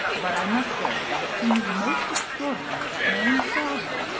but i must say that it seems most extraordinary that no one saw her,